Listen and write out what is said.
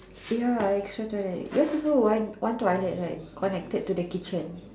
ya it's yours also is one toilet right connected to the kitchen